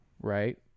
right